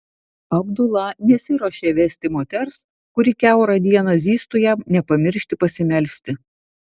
abdula nesiruošė vesti moters kuri kiaurą dieną zyztų jam nepamiršti pasimelsti